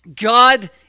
God